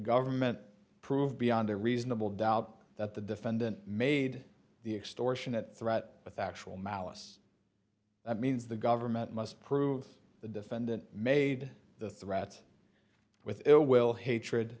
government prove beyond a reasonable doubt that the defendant made the extortionate threat with actual malice that means the government must prove the defendant made the threat with ill will hatred